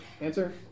Answer